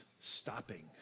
stopping